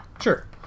Sure